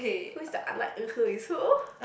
who's the unlike and who is who